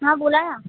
हा बोला ना